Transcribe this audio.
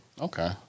Okay